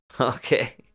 Okay